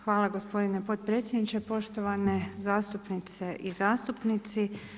Hvala gospodine potpredsjedniče, poštovane zastupnice i zastupnici.